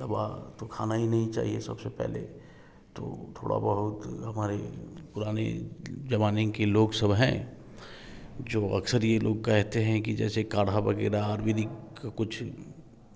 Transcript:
दवा तो खाना ही नहीं चाहिए सबसे पहले तो थोड़ा बहुत हमारे पुराने ज़माने के लोग सब हैं जो अक्सर ये लोग कहते हैं कि जैसे काढ़ा वगैरह आयुर्वेदिक कुछ